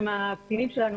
שהם הקטינים שלנו,